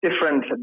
different